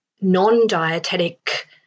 non-dietetic